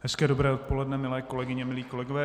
Hezké dobré odpoledne, milé kolegyně, milí kolegové.